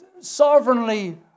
sovereignly